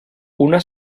una